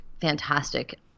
fantastic